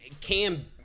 Cam